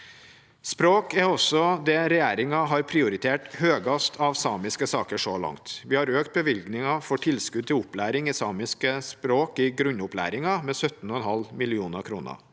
Språk er også det regjeringen har prioritert høyest av samiske saker så langt. Vi har økt bevilgningen for tilskudd til opplæring i samiske språk i grunnopplæringen med 17,5 mill. kr.